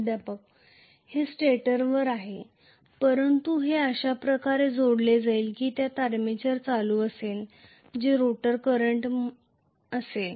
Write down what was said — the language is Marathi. प्राध्यापक हे स्टेटरवर आहे परंतु हे अशा प्रकारे जोडले जाईल की त्यात आर्मेचर करंट असेल जे रोटर करंट असेल